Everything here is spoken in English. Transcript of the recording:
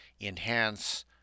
enhance